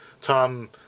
Tom